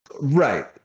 Right